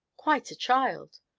quite a child!